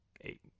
eight